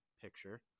picture